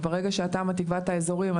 וברגע התמ"א תקבע את האזורים,